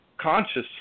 consciously